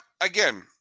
again